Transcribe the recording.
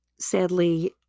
sadly